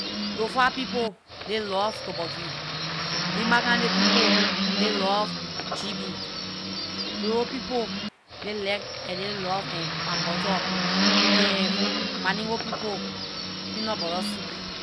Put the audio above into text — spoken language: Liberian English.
Lofa people, they love tuborgee, nimba county people, they love gb, grebo people, they like- they love palm butter, mandingo people, peanut butter soup.